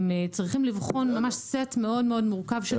הם צריכים לבחון ממש סט מאוד מורכב של